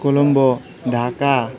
Colombo Dhaka